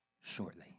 shortly